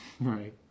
Right